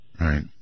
Right